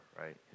right